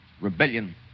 rebellion